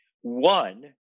one